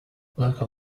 local